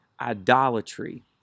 idolatry